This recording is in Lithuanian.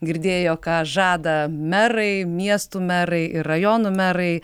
girdėjo ką žada merai miestų merai ir rajonų merai